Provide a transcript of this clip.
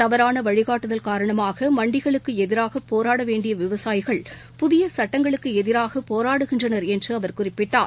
தவறான வழினட்டுதல் காரணமாக மண்டிகளுக்கு எதிராக போராட வேண்டிய விவசாயிகள் புதிய சட்டங்களுக்கு எதிராக போராடுகின்றனர் என்று அவர் குறிப்பிட்டார்